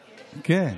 כן.